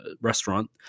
restaurant